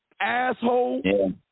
Asshole